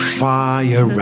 fire